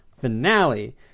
finale